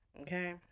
Okay